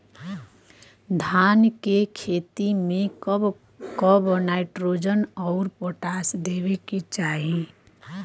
धान के खेती मे कब कब नाइट्रोजन अउर पोटाश देवे के चाही?